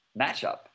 matchup